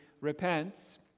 repents